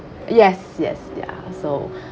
yes yes ya so